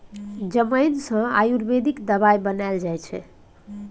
जमैन सँ आयुर्वेदिक दबाई बनाएल जाइ छै